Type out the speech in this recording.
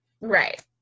right